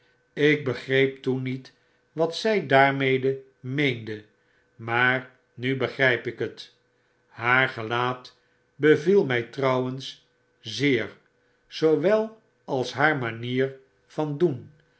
ik begreep toen niet wat zjj daarmee meende maar nu begryp ik het haar gelaat beyiel mij trouwens zeer zoowel als haar manier van doen